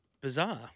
bizarre